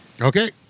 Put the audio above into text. Okay